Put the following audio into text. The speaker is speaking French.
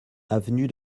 avenue